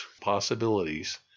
possibilities